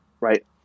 right